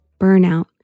burnout